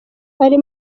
ari